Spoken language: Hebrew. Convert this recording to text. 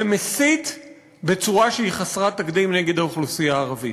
ומסית בצורה שהיא חסרת תקדים נגד האוכלוסייה הערבית.